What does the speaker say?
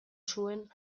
zuen